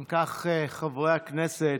אם כך, חברי הכנסת,